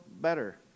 better